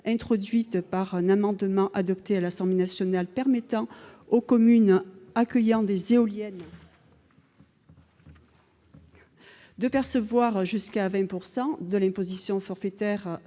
introduites par un amendement adopté à l'Assemblée nationale, qui permet aux communes accueillant des éoliennes de percevoir jusqu'à 20 % de l'imposition forfaitaire